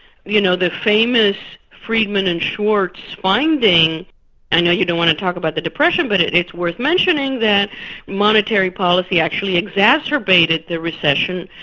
you know the famous friedman and schwartz finding i know you don't want to talk about the depression but it's worth mentioning that monetary policy actually exacerbated the recession,